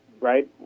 right